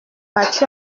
battu